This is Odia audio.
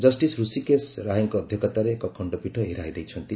ଜଷ୍ଟିସ୍ ହୃଷୀକେଶ ରାୟଙ୍କ ଅଧ୍ୟକ୍ଷତାରେ ଏକ ଖଣ୍ଡପୀଠ ଏହି ରାୟ ଦେଇଛନ୍ତି